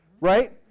right